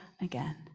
again